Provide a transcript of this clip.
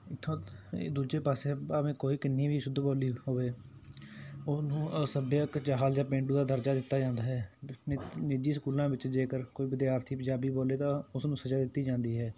ਇੱਥੋਂ ਇਹ ਦੂਜੇ ਪਾਸੇ ਭਾਵੇਂ ਕੋਈ ਕਿੰਨੀ ਵੀ ਸ਼ੁੱਧ ਬੋਲੀ ਹੋਵੇ ਉਹਨੂੰ ਅਸੱਭਿਆ ਕਚਾਹਲ ਜਾਂ ਪੇਂਡੂ ਦਾ ਦਰਜਾ ਦਿੱਤਾ ਜਾਂਦਾ ਹੈ ਨਿ ਨਿੱਜੀ ਸਕੂਲਾਂ ਵਿੱਚ ਜੇਕਰ ਕੋਈ ਵਿਦਿਆਰਥੀ ਪੰਜਾਬੀ ਬੋਲੇ ਤਾਂ ਉਸਨੂੰ ਸਜ਼ਾ ਦਿੱਤੀ ਜਾਂਦੀ ਹੈ